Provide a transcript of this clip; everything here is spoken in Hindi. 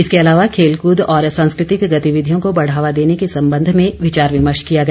इसके अलावा खेलकूद और सांस्कृतिक गतिविधियों को बढ़ावा देने के संबंध में विचार विमर्श किया गया